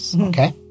okay